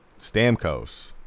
Stamkos